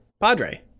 Padre